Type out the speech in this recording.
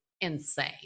insane